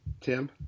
Tim